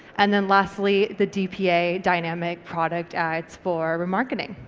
and then lastly the dpa, dynamic product ads for remarketing.